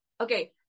Okay